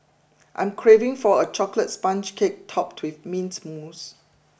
I am craving for a chocolate sponge cake topped with mint mousse